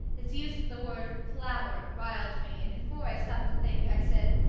his use of the word flower riled me, and before i stopped to think, i said,